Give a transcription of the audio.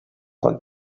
pot